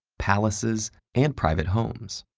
palaces and private homes.